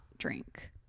drink